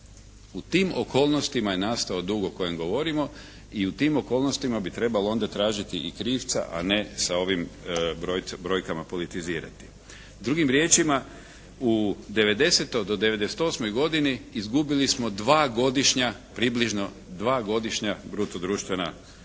U tim okolnostima je nastao dug o kojem govorimo i u tim okolnostima bi trebalo onda tražiti i krivca a ne sa ovim brojkama politizirati. Drugim riječima u 90. do 98. godine izgubili smo dva godišnja, približno, dva godišnja bruto društvena dohotka,